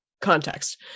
context